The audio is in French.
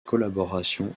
collaboration